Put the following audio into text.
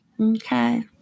Okay